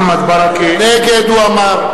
נגד, הוא אמר.